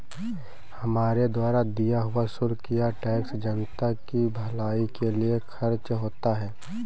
हमारे द्वारा दिया हुआ शुल्क या टैक्स जनता की भलाई के लिए खर्च होता है